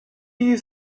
you